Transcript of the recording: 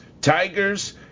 tigers